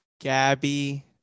Gabby